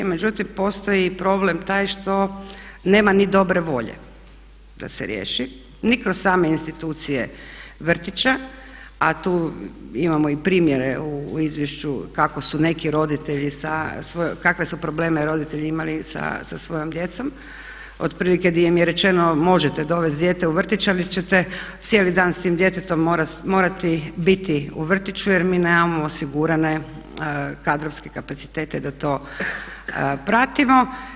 Međutim, postoji i problem taj što nema ni dobre volje da se riješi ni kroz same institucije vrtića a tu imamo i primjere u izvješću kakve su probleme roditelji imali sa svojom djecom, otprilike gdje im je rečeno možete dovesti dijete u vrtić ali ćete cijeli dan sa tim djetetom morati biti u vrtiću jer mi nemamo osigurane kadrovske kapacitete da to pratimo.